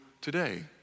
today